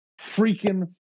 freaking